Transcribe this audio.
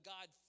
God